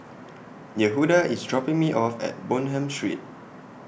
Yehuda IS dropping Me off At Bonham Street